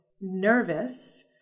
nervous